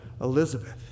Elizabeth